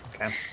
Okay